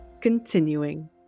continuing